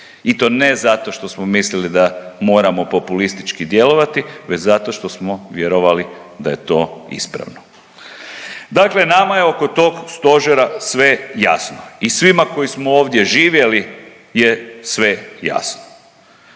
i to ne zato što smo mislili da moramo populistički djelovati već zato što smo vjerovali da je to ispravno. Dakle, nama je oko tog Stožera sve jasno i svima koji smo ovdje živjeli je sve jasno.